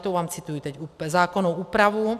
To vám cituji teď zákonnou úpravu.